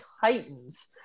Titans